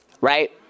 right